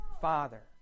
Father